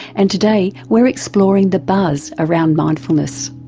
and today we're exploring the buzz around mindfulness.